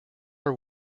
are